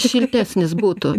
šiltesnis būtų